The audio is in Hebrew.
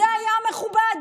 זה היה מכובד?